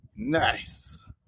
Nice